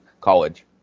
college